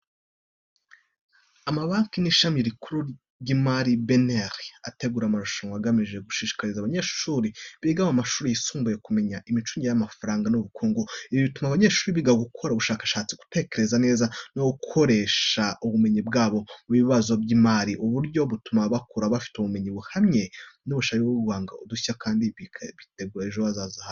Amabanki n’Ishami Rikuru ry’Imari BNR ategura amarushanwa agamije gushishikariza abanyeshuri biga mu mashuri yisumbuye kumenya imicungire y’amafaranga n’ubukungu. Ibi bituma abanyeshuri biga gukora ubushakashatsi, gutekereza neza no gukoresha ubumenyi bwabo mu bibazo by’imari. Ubu buryo butuma bakura bafite ubumenyi buhamye, ubushake bwo guhanga udushya kandi bakitegura neza ejo hazaza habo.